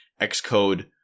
Xcode